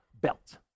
belt